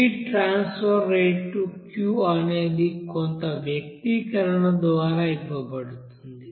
heat transfer rate Q అనేది కొంత వ్యక్తీకరణ ద్వారా ఇవ్వబడుతుంది